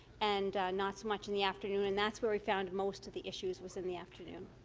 and not so much in the afternoon. and that's where we found most of the issues was in the afternoon.